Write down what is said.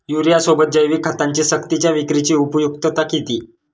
युरियासोबत जैविक खतांची सक्तीच्या विक्रीची उपयुक्तता किती?